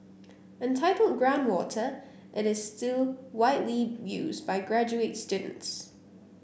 entitled Groundwater it is still widely used by graduate students